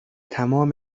تمام